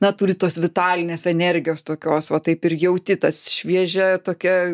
na turi tos vitalinės energijos tokios va taip ir jauti tas šviežia tokia